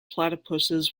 platypuses